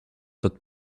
that